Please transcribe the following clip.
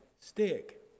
stick